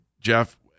Jeff